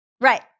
Right